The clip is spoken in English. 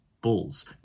bulls